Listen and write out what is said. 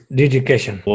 dedication